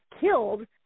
killed